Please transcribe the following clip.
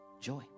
joy